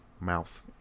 mouth